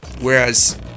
Whereas